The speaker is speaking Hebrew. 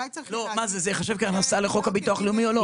זה ייחשב כהכנסה לחוק הביטוח הלאומי או לא?